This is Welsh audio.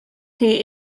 chi